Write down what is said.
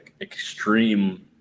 extreme